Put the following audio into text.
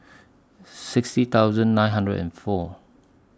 sixty thousand nine hundred and four